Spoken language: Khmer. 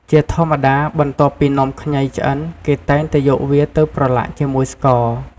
ជាធម្មតា បន្ទាប់ពីនំខ្ញីឆ្អិន គេតែងតែយកវាទៅប្រឡាក់ជាមួយស្ករ។